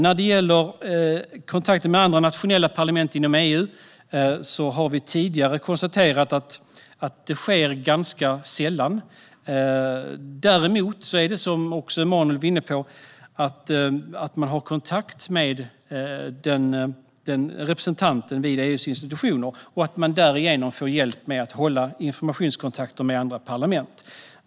När det gäller kontakter med andra nationella parlament inom EU har vi tidigare konstaterat att det sker ganska sällan. Däremot har man, som Emanuel Öz var inne på, kontakt med riksdagens representant vid EU:s institutioner och får därigenom hjälp med att hålla informationskontakter med andra parlament.